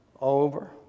Over